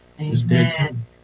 Amen